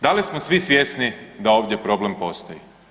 Da li smo svi svjesni da ovdje problem postoji?